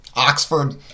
Oxford